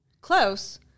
close